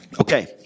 Okay